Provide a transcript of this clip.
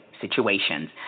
situations